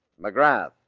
McGrath